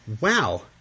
Wow